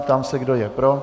Ptám se, kdo je pro.